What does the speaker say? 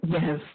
Yes